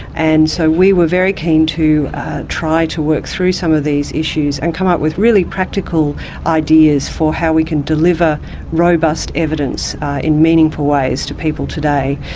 and so we were very keen to try to work through some of these issues and come up with really practical ideas for how we can deliver robust evidence in meaningful ways to people today.